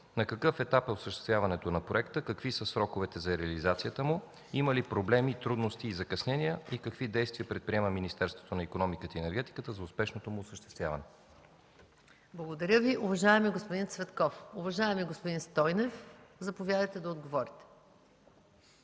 на какъв етап е осъществяването на проекта? Какви са сроковете за реализацията му? Има ли проблеми, трудности и закъснения и какви действия предприема Министерството на икономиката и енергетиката за успешното му осъществяване? ПРЕДСЕДАТЕЛ МАЯ МАНОЛОВА: Благодаря Ви, уважаеми господин Цветков. Уважаеми господин Стойнев, заповядайте да отговорите.